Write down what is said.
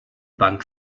bank